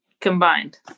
combined